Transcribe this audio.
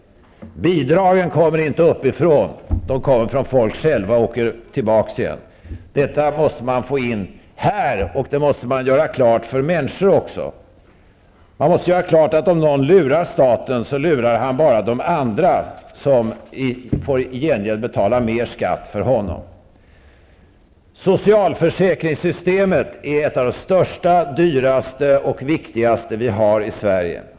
Bidragen kommer inte uppifrån. De kommer från människorna själva och åker tillbaka igen. Detta måste man här få in i sitt huvud. Detta måste alltså göras klart för människorna. Om någon lurar staten lurar vederbörande de andra, som i gengäld får betala mer skatt för den här personen. Socialförsäkringssystemet är något av det största, dyraste och viktigaste som vi i Sverige har.